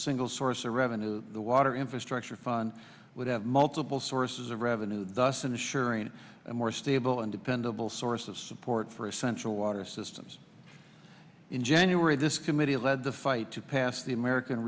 single source of revenue the water infrastructure fund would have multiple sources of revenue thus ensuring a more stable and dependable source of support for essential water systems in january this committee led the fight to pass the american